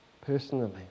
personally